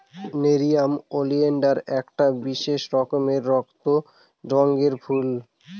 nerium oleander একটা বিশেষ রকমের রক্ত রঙের ফুল